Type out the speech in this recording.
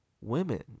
women